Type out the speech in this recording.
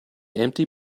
empty